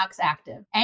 Active